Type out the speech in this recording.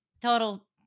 total